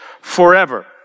forever